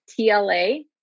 tla